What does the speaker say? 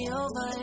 over